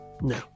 no